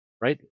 right